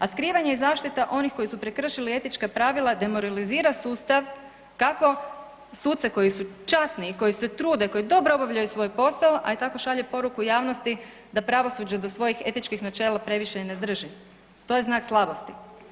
A skrivanje i zaštita onih koji su prekršili etička pravila demoralizira sustav, kako suce koji su časni i koji se trude, koji dobro obavljaju svoj posao, a i tako šalje poruku javnosti da pravosuđe do svojih etičkih načela previše i ne drži, to je znak slabosti.